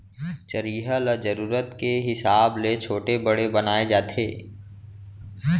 चरिहा ल जरूरत के हिसाब ले छोटे बड़े बनाए जाथे